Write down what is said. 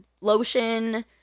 lotion